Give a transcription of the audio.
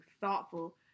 thoughtful